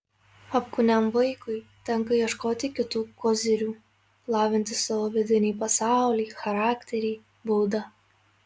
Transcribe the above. apkūniam vaikui tenka ieškoti kitų kozirių lavinti savo vidinį pasaulį charakterį būdą